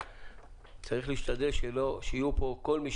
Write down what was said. צריך להשתדל שכל מי